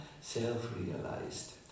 self-realized